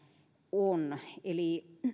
on eli